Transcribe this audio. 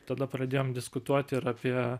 tada pradėjom diskutuot ir apie